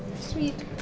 Sweet